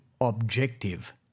objective